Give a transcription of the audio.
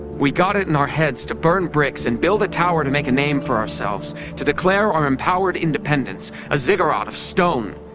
we got it in our heads to burn bricks and build a tower to make a name for ourselves, to declare our empowered independence, a ziggurat of stone,